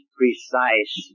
precise